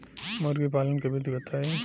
मुर्गीपालन के विधी बताई?